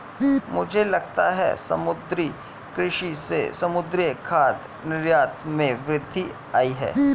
मुझे लगता है समुद्री कृषि से समुद्री खाद्य निर्यात में वृद्धि आयी है